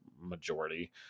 majority